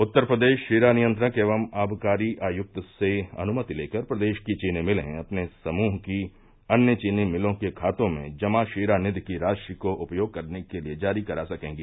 उत्तर प्रदेश शीरा नियंत्रक एवं आबकारी आयुक्त से अनुमति लेकर प्रदेश की चीनी मिलें अपने समूह की अन्य चीनी मिलों के खातों में जमा शीरा निधि की राशि को उपयोग करने के लिए जारी करा सकेगी